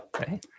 Okay